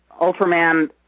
Ultraman